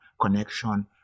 connection